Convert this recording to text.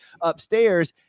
upstairs